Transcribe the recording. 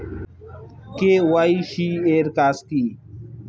KYC এর কাজ কি?